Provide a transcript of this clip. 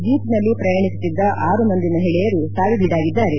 ಜೀಪ್ನಲ್ಲಿ ಪ್ರಯಾಣಿಸುತ್ತಿದ್ದ ಆರು ಮಂದಿ ಮಹಿಳೆಯರು ಸಾವಿಗೀಡಾಗಿದ್ದಾರೆ